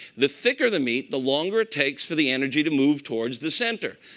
the thicker the meat, the longer it takes for the energy to move towards the center.